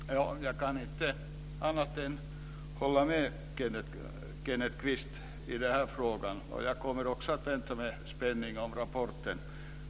Fru talman! Jag kan inte annat än hålla med Kenneth Kvist i den här frågan. Jag väntar med spänning på rapporten.